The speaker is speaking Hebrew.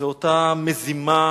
זו אותה מזימה